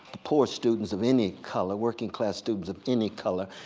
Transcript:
the poor students of any color, working class students of any color,